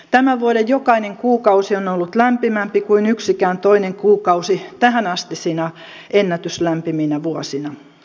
tämän vuoden jokainen kuukausi on ollut lämpimämpi kuin yksikään toinen kuukausi tähänastisina ennätyslämpiminä vuosina